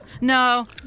no